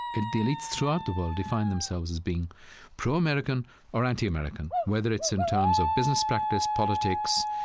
ah the elite throughout the world define themselves as being pro-american or anti-american, whether it's in terms of business practice, politics,